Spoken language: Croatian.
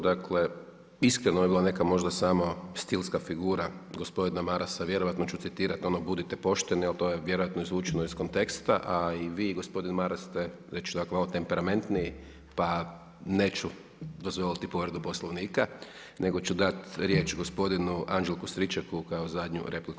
Dakle, iskreno, ovo je bila neka možda stilska figura gospodina Marasa, vjerojatno ću citirati ono „budite pošteni“, ali to je vjerojatno izvučeni iz konteksta a i vi i gospodin Maras ste dakle temperamentniji, pa neću dozvoliti povredu Poslovnika, nego ću dati riječ gospodinu Anđelku Stričaku kao zadnju repliku.